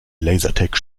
lasertag